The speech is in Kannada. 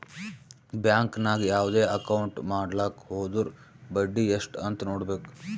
ಬ್ಯಾಂಕ್ ನಾಗ್ ಯಾವ್ದೇ ಅಕೌಂಟ್ ಮಾಡ್ಲಾಕ ಹೊದುರ್ ಬಡ್ಡಿ ಎಸ್ಟ್ ಅಂತ್ ನೊಡ್ಬೇಕ